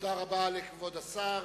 תודה רבה לכבוד השר.